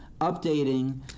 updating